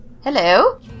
Hello